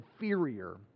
inferior